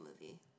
movie